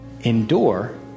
endure